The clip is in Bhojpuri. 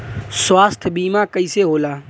स्वास्थ्य बीमा कईसे होला?